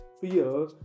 fear